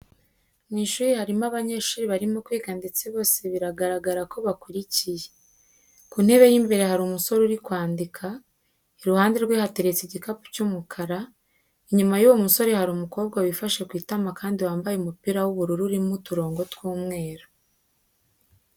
Mu ishuri harimo abanyeshuri barimo kwiga ndetse bose biragaragara ko bakurikiye. Ku ntebe y'imbere hari umusore uri kwandika, iruhande rwe hateretse igikapu cy'umukara, inyuma y'uwo musore hari umukoba wifashe ku itama kandi wambaye umupira w'ubururu urimo uturongo tw'umweru.